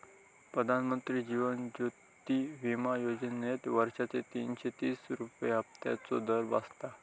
प्रधानमंत्री जीवन ज्योति विमा योजनेत वर्षाचे तीनशे तीस रुपये हफ्त्याचो दर बसता